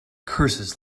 curses